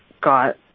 got